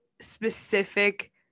specific